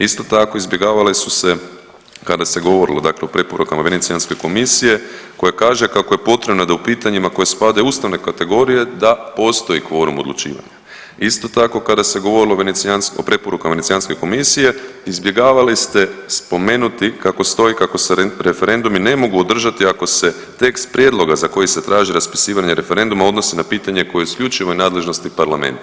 Isto tako, izbjegavale su kada se govorilo dakle o preporukama Venecijanske komisije koja kaže kako je potrebno da u pitanjima koja spadaju u ustavne kategorije da postoji kvorum odlučivanja, a isto tako kada se govorilo o preporukama Venecijanske komisije izbjegavali ste spomenuti kako stoji kako se referendumi ne mogu održati ako se tekst prijedloga za koji se traži raspisivanje referenduma odnosi na pitanje koje je u isključivoj nadležnosti parlamenta.